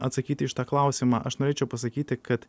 atsakyt į šitą klausimą aš norėčiau pasakyti kad